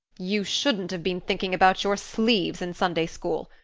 you shouldn't have been thinking about your sleeves in sunday school.